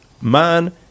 Man